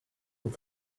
und